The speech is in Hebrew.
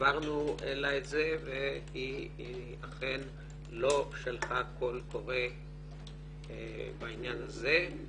העברנו לה את זה ואכן היא לא שלחה קול קורא בעניין הזה.